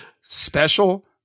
special